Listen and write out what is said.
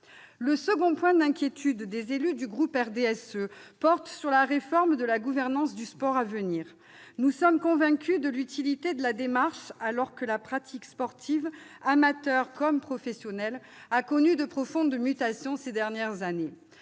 Le second point d'inquiétude des élus du groupe du RDSE porte sur la réforme de la gouvernance du sport à venir. Nous sommes convaincus de l'utilité de la démarche, alors que la pratique sportive, amateur comme professionnelle, a connu de profondes mutations ces dernières années.